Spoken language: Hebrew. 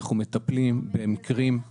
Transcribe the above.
אנחנו מטפלים במקרים מאוד מאוד